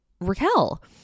Raquel